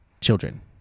children